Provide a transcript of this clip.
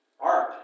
art